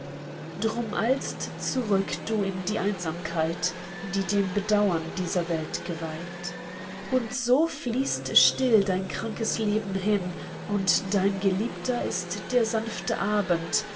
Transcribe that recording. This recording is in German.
drum eilst zurück du in die einsamkeit die dem bedauern dieser welt geweiht und so fließt still dein krankes leben hin und dein geliebter ist der sanfte abend